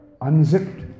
unzipped